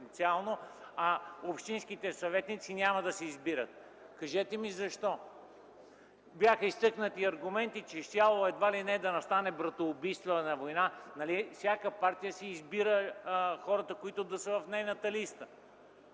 а общинските съветници няма да се избират. Кажете ми: защо? Бяха изтъкнати аргументи, че щяла едва ли не да настане братоубийствена война. Нали всяка партия си избира хората, които да са в нейната листа?